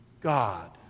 God